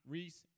Reese